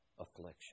affliction